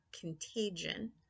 contagion